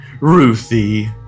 Ruthie